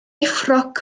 ffrog